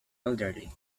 elderly